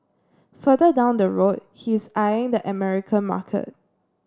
further down the road he is eyeing the American market